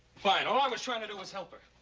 fine! all i was trying to do was help her.